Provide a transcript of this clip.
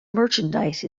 merchandise